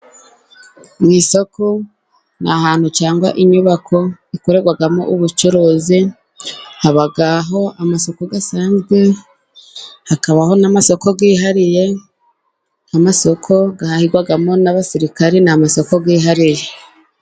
Mu isoko ni ahantu cyangwa inyubako ikorerwamo ubucuruzi, haba amasoko asanzwe, hakabaho n'amasoko yihariye, nk'amasoko ahahirwamo n'abasirikari n'amasoko yihariye.